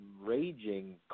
raging